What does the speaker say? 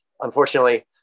unfortunately